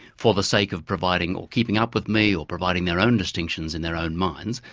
for the sake of providing or keeping up with me, or providing their own distinctions in their own minds,